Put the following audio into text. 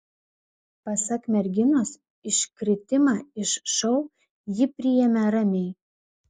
pasak merginos iškritimą iš šou ji priėmė ramiai